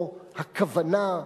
או: הכוונה,